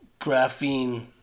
graphene